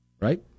Right